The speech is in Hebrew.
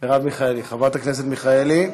חברת הכנסת מרב מיכאלי.